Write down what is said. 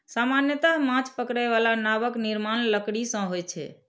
सामान्यतः माछ पकड़ै बला नावक निर्माण लकड़ी सं होइ छै